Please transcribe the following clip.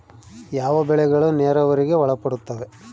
ಯಾವ ಬೆಳೆಗಳು ನೇರಾವರಿಗೆ ಒಳಪಡುತ್ತವೆ?